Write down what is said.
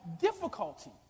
difficulty